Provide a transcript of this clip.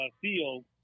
Field